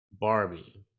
Barbie